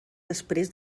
després